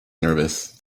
nervous